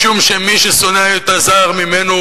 משום שמי ששונא את הזר ממנו,